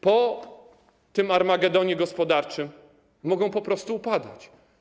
Po tym armagedonie gospodarczym mogą po prostu upadać.